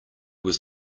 was